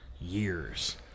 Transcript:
years